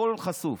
הכול חשוף.